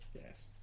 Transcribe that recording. Yes